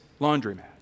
laundromat